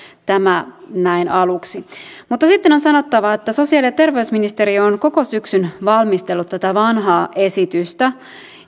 tämä näin aluksi mutta sitten on sanottava että sosiaali ja terveysministeriö on koko syksyn valmistellut tätä vanhaa esitystä